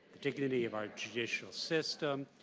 dignity of our judicial system,